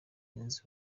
yunze